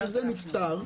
כשזה נפתר,